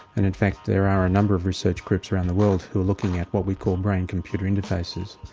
and in fact there are a number of research groups around the world who are looking at what we call brain computer interfaces.